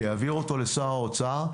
שיעביר אותו לשר האוצר,